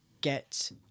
Get